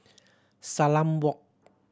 Salam Walk